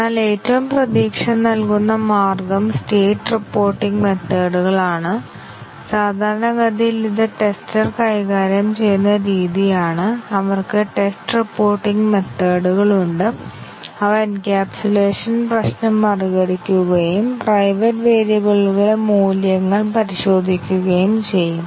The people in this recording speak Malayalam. എന്നാൽ ഏറ്റവും പ്രതീക്ഷ നൽകുന്ന മാർഗ്ഗം സ്റ്റേറ്റ് റിപ്പോർട്ടിംഗ് മെത്തേഡ്കളാണ് സാധാരണഗതിയിൽ ഇത് ടെസ്റ്റ്ർ കൈകാര്യം ചെയ്യുന്ന രീതിയാണ് അവർക്ക് സ്റ്റേറ്റ് റിപ്പോർട്ടിംഗ് മെത്തേഡ്കളുണ്ട് അവ എൻക്യാപ്സുലേഷൻ പ്രശ്നം മറികടക്കുകയും പ്രൈവറ്റ് വേരിയബിളുകളുടെ മൂല്യങ്ങൾ പരിശോധിക്കുകയും ചെയ്യും